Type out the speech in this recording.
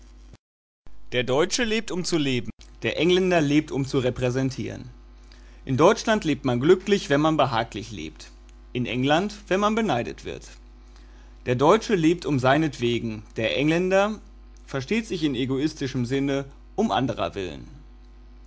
der deutsche lebt um zu leben der engländer lebt um zu repräsentieren in deutschland lebt man glücklich wenn man behaglich lebt in england wenn man beneidet wird der deutsche lebt um seinetwegen der engländer versteht sich in egoistischem sinne um anderer willen